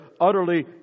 utterly